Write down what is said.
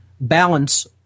Balance